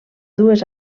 dues